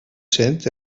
sent